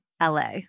la